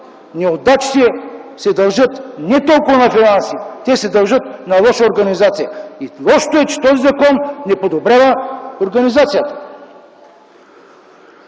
неудачите се дължат не толкова на финанси, а на лоша организация. Лошото е, че този закон не подобрява организацията.